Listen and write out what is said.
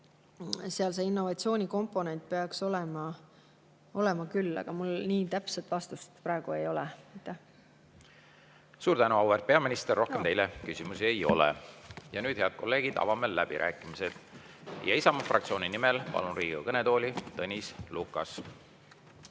seal see innovatsioonikomponent peaks olema küll. Aga mul nii täpset vastust praegu ei ole. Suur tänu, auväärt peaminister! Rohkem teile küsimusi ei ole. Ja nüüd, head kolleegid, avame läbirääkimised. Isamaa fraktsiooni nimel palun Riigikogu kõnetooli Tõnis Lukase.